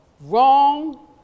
Wrong